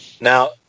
Now